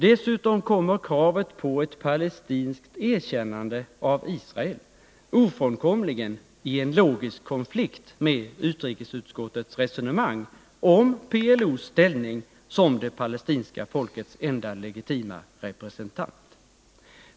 Dessutom kommer kravet på ett palestinskt erkännande av Israel ofrånkomligen i en logisk konflikt med utrikesutskottets resonemang om PLO:s ställning som det palestinska folkets enda legitima representant.